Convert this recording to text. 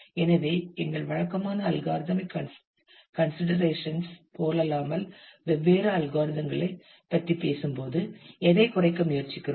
எனவே எங்கள் வழக்கமான அல்காரித்மிக் கன்சிடரேஷன் போலல்லாமல் வெவ்வேறு அல்காரிதங்களை பற்றி பேசும்போது எதைக் குறைக்க முயற்சிக்கிறோம்